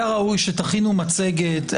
היה ראוי שתכינו מצגת.